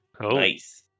Nice